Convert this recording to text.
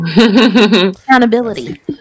accountability